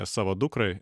savo dukrai